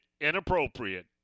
inappropriate